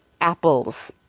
Apples